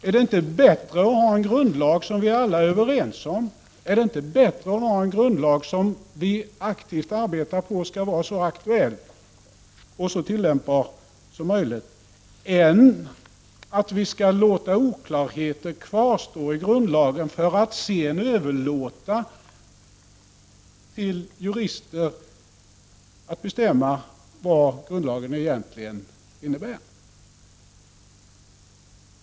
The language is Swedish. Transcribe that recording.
Är det inte bättre att ha en grundlag som vi alla är överens om? Är det inte bättre att ha en grundlag som vi aktivt arbetar på skall vara så aktuell och så tillämpbar som möjligt än att vi skall låta oklarheter kvarstå i grundlagen, för att sedan överlåta till jurister att bestämma vad grundlagen egentligen innebär?